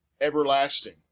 everlasting